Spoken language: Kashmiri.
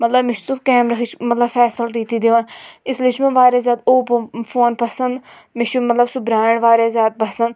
مطلب مےٚ چھُ سُہ کیمراہٕچ مطلب فیسَلٹی تہِ دِوان اس لیے چھُ مےٚ واریاہ زیادٕ اوپو فوٗن پسنٛد مےٚ چھُ مطلب سُہ برینٛڈ واریاہ زیادٕ پسنٛد